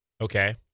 okay